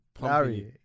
Larry